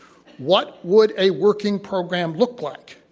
what would a working program look like.